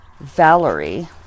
Valerie